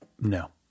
no